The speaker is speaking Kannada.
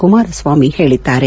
ಕುಮಾರಸ್ವಾಮಿ ಹೇಳಿದ್ದಾರೆ